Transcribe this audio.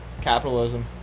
capitalism